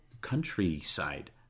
countryside